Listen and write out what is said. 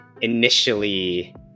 initially